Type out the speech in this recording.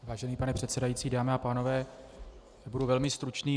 Vážený pane předsedající, dámy a pánové, budu velmi stručný.